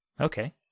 Okay